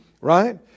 Right